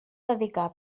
dedicar